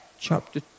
Chapter